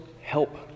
help